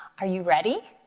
are you ready?